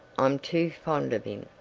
i'm too fond of him.